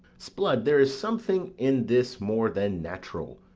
sblood, there is something in this more than natural,